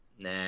Nah